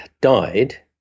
died